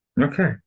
Okay